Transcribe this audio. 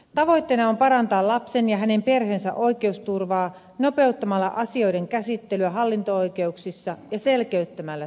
tavoitteena on parantaa lapsen ja hänen perheensä oikeusturvaa nopeuttamalla asioiden käsittelyä hallinto oikeuksissa ja selkeyttämällä säännöksiä